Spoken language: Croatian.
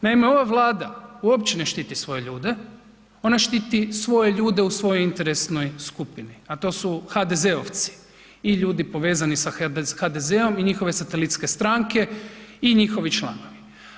Naime, ova Vlada uopće ne štiti svoje ljude, ona štiti svoje ljude u svojoj interesnoj skupini, a to su HDZ-ovci i ljudi povezani sa HDZ-om i njihove satelitske stranke i njihovi članovi.